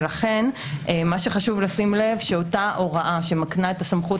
לכן יש לשים לב שאותה הוראה שמקנה את הסמכות